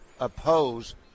oppose